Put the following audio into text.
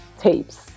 tapes